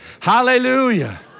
hallelujah